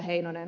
heinonen